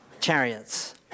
chariots